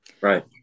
Right